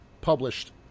published